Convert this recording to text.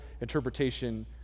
interpretation